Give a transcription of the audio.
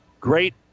Great